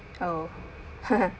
oh